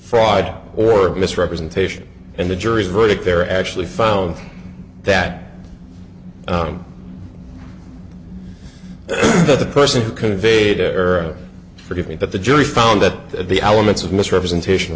fraud or misrepresentation and the jury's verdict there actually found that the person who conveyed error forgive me but the jury found that the elements of misrepresentation